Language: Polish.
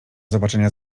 zobaczenia